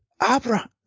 Abra